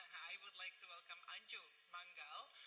i would like to welcome anju mangal,